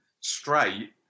straight